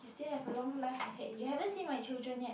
you still have a long life ahead you haven't seen my children yet